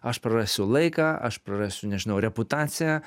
aš prarasiu laiką aš prarasiu nežinau reputaciją